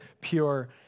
pure